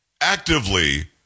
actively